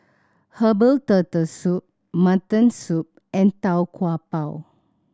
herbal Turtle Soup mutton soup and Tau Kwa Pau